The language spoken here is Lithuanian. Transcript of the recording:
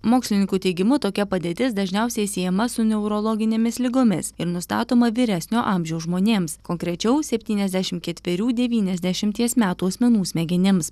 mokslininkų teigimu tokia padėtis dažniausiai siejama su neurologinėmis ligomis ir nustatoma vyresnio amžiaus žmonėms konkrečiau spetyniasdešimt ketverių devyniasdešimties metų asmenų smegenims